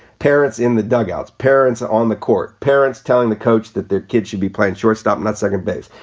parents in the dugout, parents on the court, parents telling the coach that their kids should be playing shortstop, not second base.